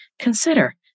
consider